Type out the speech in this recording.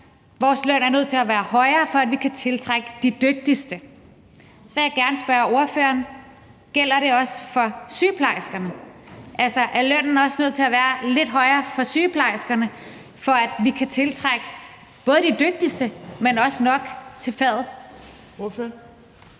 vores løn er nødt til at være højere, for at vi kan tiltrække de dygtigste. Så vil jeg gerne spørge ordføreren: Gælder det også for sygeplejerskerne? Altså, er lønnen også nødt til at være lidt højere for sygeplejerskerne, for at vi kan tiltrække både de dygtigste, men også nok af